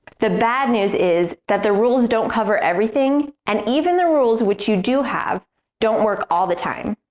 the bad news is that the rules don't cover everything, and even the rules which you do have don't work all the time.